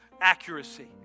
accuracy